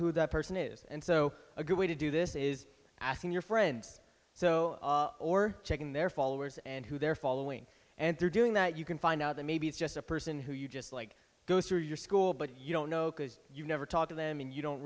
who that person is and so a good way to do this is asking your friends so or checking their followers and who they're following and they're doing that you can find out that maybe it's just a person who you just like goes through your school but you don't know because you never talk to them and you don't